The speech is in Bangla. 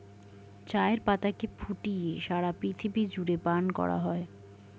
চায়ের পাতাকে ফুটিয়ে সারা পৃথিবী জুড়ে পান করা হয়